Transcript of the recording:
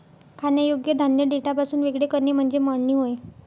खाण्यायोग्य धान्य देठापासून वेगळे करणे म्हणजे मळणी होय